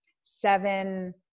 seven